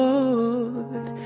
Lord